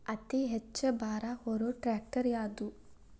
ಅತಿ ಹೆಚ್ಚ ಭಾರ ಹೊರು ಟ್ರ್ಯಾಕ್ಟರ್ ಯಾದು?